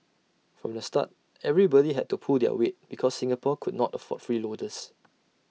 from the start everybody had to pull their weight because Singapore could not afford freeloaders